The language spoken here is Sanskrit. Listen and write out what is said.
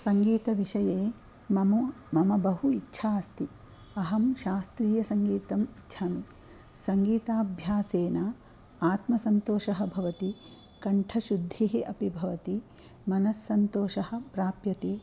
सङ्गीतविषये ममो मम बहु इच्छा अस्ति अहं शास्त्रीयसङ्गितम् इच्छामि सङ्गीताभ्यासेन आत्मसन्तोषः भवति कण्ठशुद्धिः अपि भवति मनस्सन्तोषः प्राप्यते